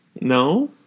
No